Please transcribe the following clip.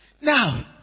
Now